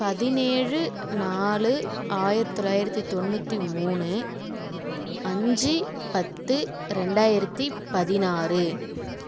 பதினேழு நாலு ஆயிரத்து தொள்ளாயிரத்தி தொண்ணூற்றி மூணு அஞ்சு பத்து ரெண்டாயிரத்து பதினாறு